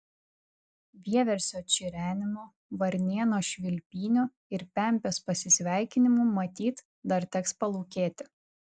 vieversio čirenimo varnėno švilpynių ir pempės pasisveikinimų matyt dar teks palūkėti